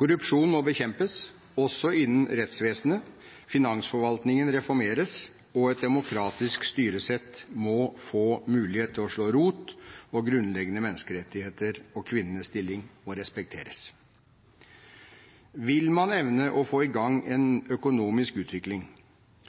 Korrupsjonen må bekjempes – også innen rettsvesenet – finansforvaltningen må reformeres, et demokratisk styresett må få mulighet til å slå rot, og grunnleggende menneskerettigheter og kvinnenes stilling må respekteres. Vil man evne å få i gang en økonomisk utvikling?